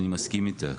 אני מסכים איתך.